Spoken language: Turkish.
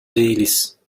değiliz